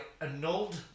annulled